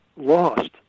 lost